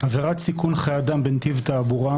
עבירת סיכון חיי אדם בנתיב תעבורה,